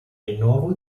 rinnovo